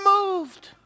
moved